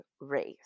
Race